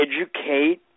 educate